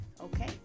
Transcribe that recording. okay